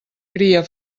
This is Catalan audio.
cria